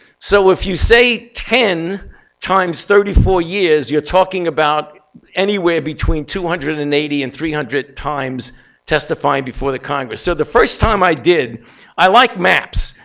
so if you say ten times thirty four years, you're talking about anywhere between two hundred and and eighty and three hundred times testifying before the congress. so the first time i did i like maps.